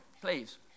please